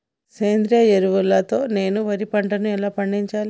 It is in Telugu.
సేంద్రీయ ఎరువుల తో నేను వరి పంటను ఎలా పండించాలి?